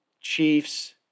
Chiefs